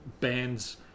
bands